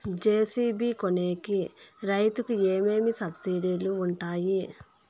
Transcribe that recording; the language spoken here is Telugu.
జె.సి.బి కొనేకి రైతుకు ఏమేమి సబ్సిడి లు వుంటాయి?